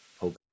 hope